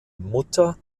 mutter